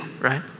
right